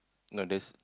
no there's